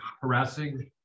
harassing